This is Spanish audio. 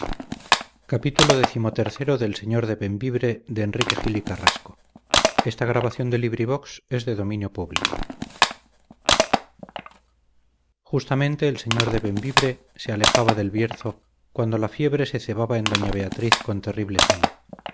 justamente el señor de bembibre se alejaba del bierzo cuando la fiebre se cebaba en doña beatriz con terrible saña